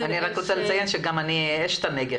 אני רוצה לציין שגם אני אשת הנגב.